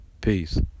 Peace